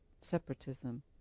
separatism